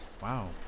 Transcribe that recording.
Wow